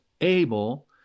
able